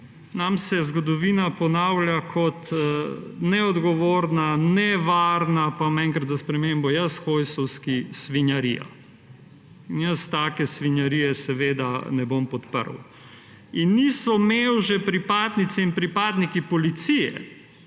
nam se zgodovina ponavlja kot neodgovorna, nevarna – pa bom enkrat za spremembo jaz hojsovski – svinjarija. Jaz take svinjarije seveda ne bom podprl. In niso mevže pripadnice in pripadniki policije,